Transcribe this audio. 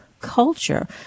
culture